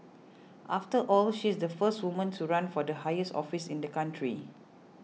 after all she's the first woman to run for the highest office in the country